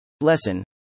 Lesson